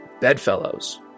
Bedfellows